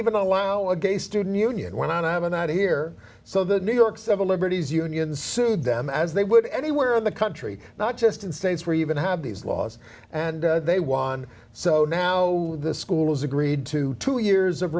even allow a gay student union when i've been out here so the new york civil liberties union sued them as they would anywhere in the country not just in states where even have these laws and they won so now the school has agreed to two years of